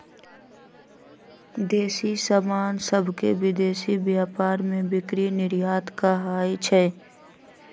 देसी समान सभके विदेशी व्यापार में बिक्री निर्यात कहाइ छै